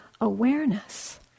awareness